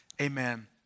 amen